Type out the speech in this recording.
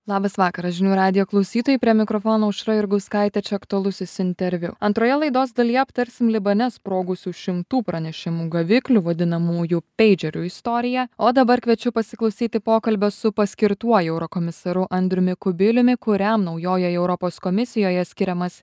labas vakaras žinių radijo klausytojai prie mikrofono aušra jurgauskaitė aktualusis interviu antroje laidos dalyje aptarsim libane sprogusių šimtų pranešimų gaviklių vadinamųjų peidžerių istoriją o dabar kviečiu pasiklausyti pokalbio su paskirtuoju eurokomisaru andriumi kubiliumi kuriam naujojoje europos komisijoje skiriamas